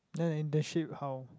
then internship how